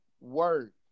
word